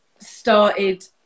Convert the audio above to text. started